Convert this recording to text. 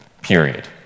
period